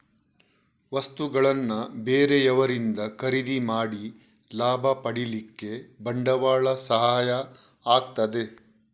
ವಸ್ತುಗಳನ್ನ ಬೇರೆಯವರಿಂದ ಖರೀದಿ ಮಾಡಿ ಲಾಭ ಪಡೀಲಿಕ್ಕೆ ಬಂಡವಾಳ ಸಹಾಯ ಆಗ್ತದೆ